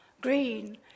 green